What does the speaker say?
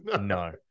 no